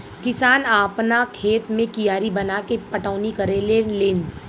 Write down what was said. किसान आपना खेत मे कियारी बनाके पटौनी करेले लेन